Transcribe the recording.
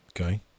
okay